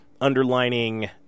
underlining